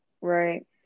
Right